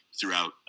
throughout